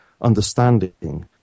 understanding